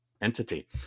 entity